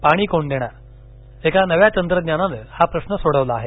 पाणी कोण देणार एका नव्या तंत्रज्ञानानं हा प्रश्न सोडवला आहे